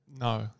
No